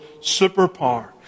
superpower